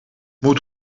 moet